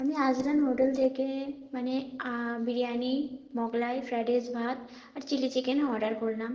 আমি আজরান হোটেল থেকে মানে বিরিয়নি মোগলাই ফ্রায়েড রাইস ভাত আর চিলি চিকেন অর্ডার করলাম